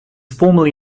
formally